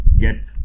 Get